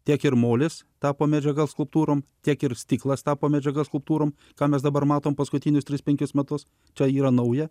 tiek ir molis tapo medžiaga skulptūroms tiek ir stiklas tapo medžiaga skulptūroms ką mes dabar matome paskutinius tris penkis metus tai yra nauja